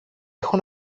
έχω